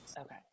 Okay